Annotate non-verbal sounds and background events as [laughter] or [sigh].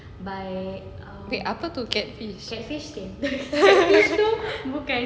wait apa tu catfish [laughs]